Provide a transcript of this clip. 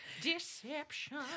Deception